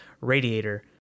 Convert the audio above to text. Radiator